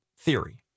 theory